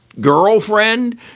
girlfriend